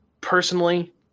personally